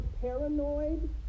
paranoid